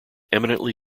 eminently